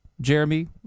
Jeremy